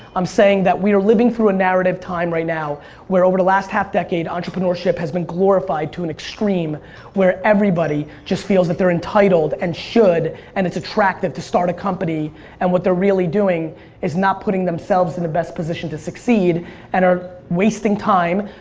i'm saying that we are living through a narrative time right now where over the last half decade entrepreneurship has been glorified to an extreme where everybody just feels that they're entitled and should and it's attractive to start a company and what they're really doing is not putting themselves in the best position to succeed and are wasting time,